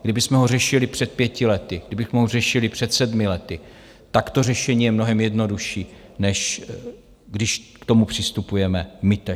Kdybychom ho řešili před pěti lety, kdybych ho řešili před sedmi lety, tak to řešení je mnohem jednodušší, než když k tomu přistupujeme my teď.